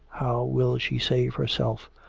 will she save herself?